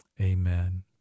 amen